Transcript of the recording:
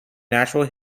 natural